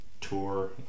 tour